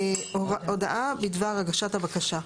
הודעה בדבר הגשת הבקשה,